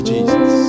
Jesus